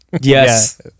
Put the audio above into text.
Yes